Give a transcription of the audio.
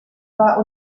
war